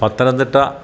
Pathanamthitta